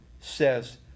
says